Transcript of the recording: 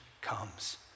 comes